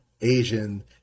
Asian